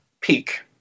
peak